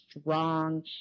strong